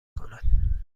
کند